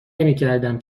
نمیکردم